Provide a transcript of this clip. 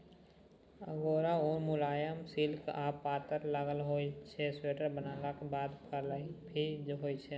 अगोरा उन मुलायम, सिल्की आ पातर ताग होइ छै स्वेटर बनलाक बाद फ्लफी होइ छै